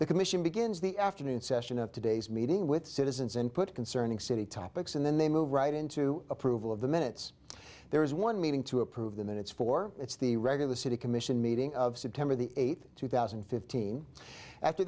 the commission begins the afternoon session of today's meeting with citizens input concerning city topics and then they move right into approval of the minutes there is one meeting to approve the minutes for its the regular city commission meeting of september the eighth two thousand and fifteen after